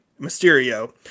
mysterio